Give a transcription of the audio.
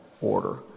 order